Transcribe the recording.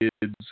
kids